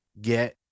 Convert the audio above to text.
get